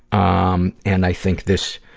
um and i think this,